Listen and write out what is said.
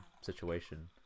situation